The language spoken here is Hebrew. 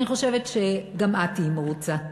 אני חושבת שגם את תהיי מרוצה.